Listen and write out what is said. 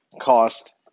cost